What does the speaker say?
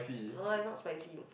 no lah not spicy